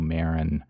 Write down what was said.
Marin